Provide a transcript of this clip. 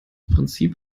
prinzip